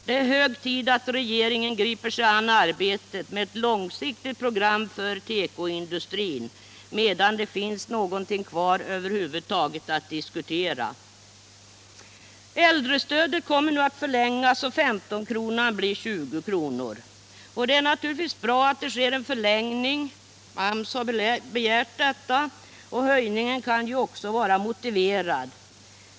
Det är hög tid att regeringen griper sig an arbetet med ett långsiktigt program för tekoindustrin, medan det finns någonting kvar över huvud taget att diskutera. Äldrestödet kommer nu att förlängas och 15-kronan blir 20 kronor. Det är naturligtvis bra att det sker en förlängning. AMS har begärt det. Höjningen kan ju också vara motiverad.